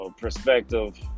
perspective